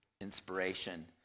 inspiration